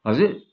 हजुर